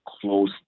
close